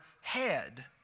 head